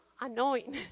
annoying